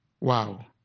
Wow